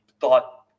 thought